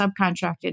subcontracted